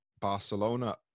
Barcelona